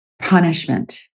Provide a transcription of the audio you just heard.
punishment